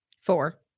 four